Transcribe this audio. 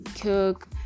cook